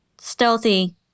stealthy